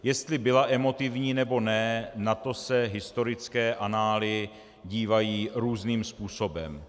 Jestli byla emotivní, nebo ne, na to se historické anály dívají různým způsobem.